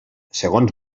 segons